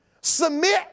Submit